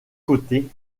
côtés